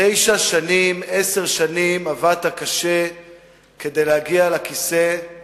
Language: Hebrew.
תשע שנים, עשר שנים עבדת קשה כדי להגיע לכיסא ליד